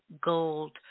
gold